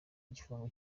igifungo